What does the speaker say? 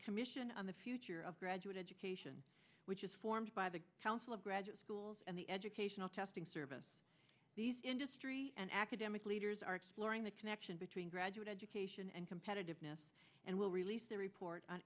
commission on the future of graduate education which is formed by the council of graduate schools and the educational testing service industry and academic leaders are exploring the connection between graduate education and competitiveness and will release the report on